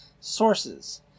Sources